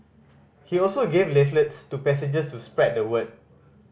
he also gave leaflets to passengers to spread the word